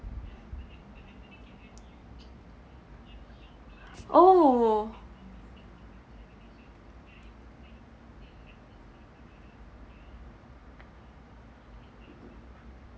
oh